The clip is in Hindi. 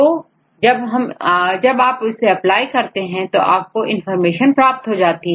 तो जब आप इसे अप्लाई करते हैं तो आपको इंफॉर्मेशन प्राप्त होती है